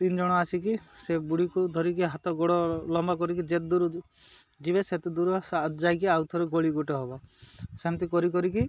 ତିନି ଜଣ ଆସିକି ସେ ବୁଡ଼ିକୁ ଧରିକି ହାତ ଗୋଡ଼ ଲମ୍ବା କରିକି ଯେତ ଦୂର ଯିବେ ସେତେ ଦୂର ଯାଇକି ଆଉ ଥରେ ଗୋଳି ଗୋଟେ ହବ ସେମିତି କରି କରିକି